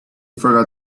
forgot